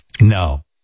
No